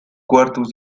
cuartos